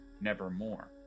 nevermore